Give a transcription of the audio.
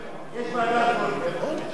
כשאדם פורש בגלל עבודה,